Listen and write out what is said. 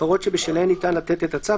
הפרות שבשלהן ניתן לתת את הצו,